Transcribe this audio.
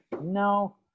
No